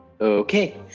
okay